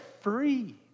free